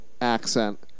accent